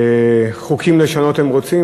חוקים לשנות הם רוצים,